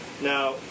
Now